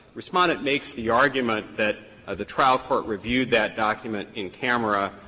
respondent makes the argument that the trial court reviewed that document in camera,